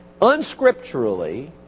unscripturally